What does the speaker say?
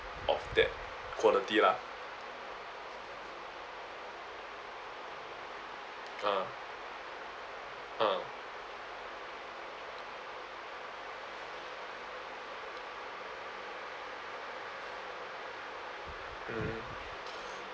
of that quality lah ah ah mm